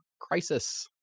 Crisis